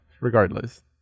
Regardless